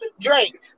Drake